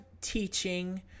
teaching